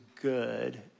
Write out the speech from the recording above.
good